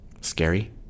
scary